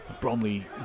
Bromley